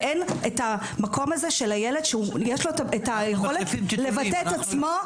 ואין את המקום הזה של הילד שיש לו את היכולת לבטא את עצמו.